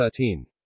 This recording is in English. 13